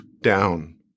down